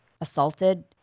assaulted